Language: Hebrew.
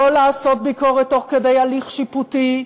לא לעשות ביקורת תוך כדי הליך שיפוטי,